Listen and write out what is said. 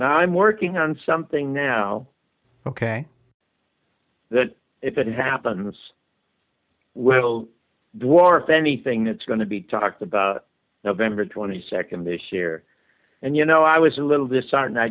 and i'm working on something now ok that if it happens will dwarf anything that's going to be talked about november twenty second this year and you know i was a little this ar